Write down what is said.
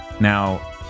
Now